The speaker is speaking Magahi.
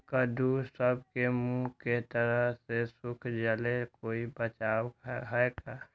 कददु सब के मुँह के तरह से सुख जाले कोई बचाव है का?